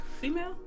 female